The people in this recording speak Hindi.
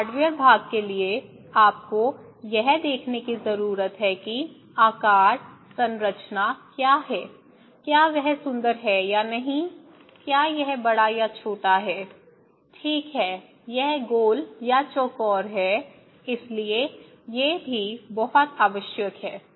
हार्डवेयर भाग के लिए आपको यह देखने की जरूरत है कि आकार संरचना क्या है क्या यह सुंदर है या नहीं क्या यह बड़ा या छोटा है ठीक है यह गोल या चौकोर है इसलिए ये भी बहुत आवश्यक हैं